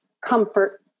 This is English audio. comfort